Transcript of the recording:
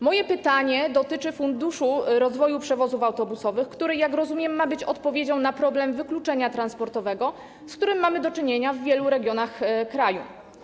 Moje pytanie dotyczy Funduszu rozwoju przewozów autobusowych, który, jak rozumiem, ma być odpowiedzią na problem wykluczenia transportowego, z którym mamy do czynienia w wielu regionach kraju.